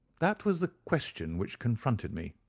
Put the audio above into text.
that was the question which confronted me.